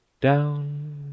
Down